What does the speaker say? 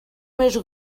més